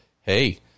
hey